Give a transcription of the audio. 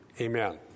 Amen